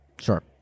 Sure